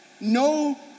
No